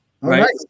right